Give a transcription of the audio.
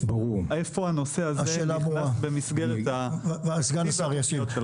איפה הנושא הזה נכנס במסגרת --- השאלה ברורה וסגן השר ישיב.